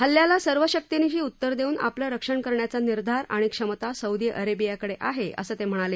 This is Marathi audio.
हल्ल्याला सर्वशक्तीनिशी उत्तर देऊन आपलं रक्षण करण्याचा निर्धार आणि क्षमता सौदी अरेबियाकडे आहे असं ते म्हणाले